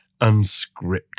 Unscripted